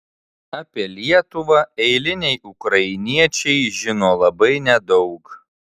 apie lietuvą eiliniai ukrainiečiai žino labai nedaug